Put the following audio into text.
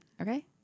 Okay